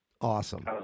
Awesome